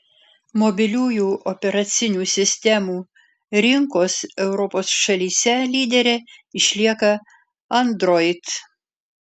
mobiliųjų operacinių sistemų rinkos europos šalyse lydere išlieka android